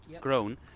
grown